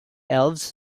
elves